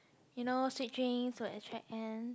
you know sweet drinks will attract ants